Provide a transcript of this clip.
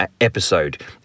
episode